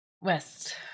West